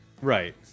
right